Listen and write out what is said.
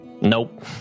Nope